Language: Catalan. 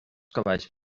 cavalls